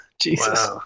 Jesus